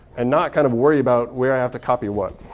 and not kind of worry about where i have to copy what.